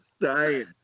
dying